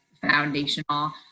foundational